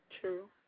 True